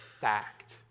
fact